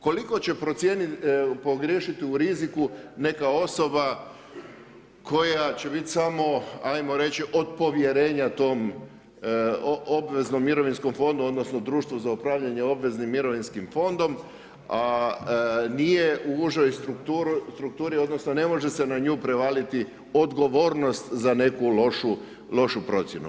Koliko će pogriješiti u riziku neka osoba koja će biti samo, ajmo reći od povjerenja tom obveznom mirovinskom fondu odnosno društvu za upravljanje obveznim mirovinskim fondom, a nije u užoj strukturi odnosno ne može se na nju prevaliti odgovornost za neku lošu procjenu.